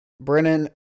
Brennan